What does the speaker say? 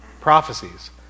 prophecies